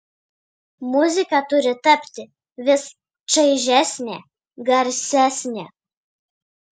muzika turi tapti vis čaižesnė garsesnė